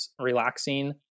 relaxing